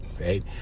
right